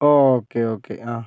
okay okay ആ